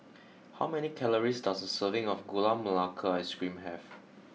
how many calories does a serving of Gula Melaka ice cream have